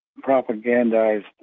propagandized